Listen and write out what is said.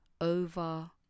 over